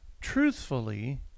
Truthfully